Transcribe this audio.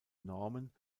normen